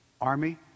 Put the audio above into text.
army